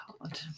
hard